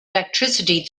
electricity